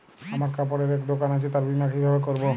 আমার কাপড়ের এক দোকান আছে তার বীমা কিভাবে করবো?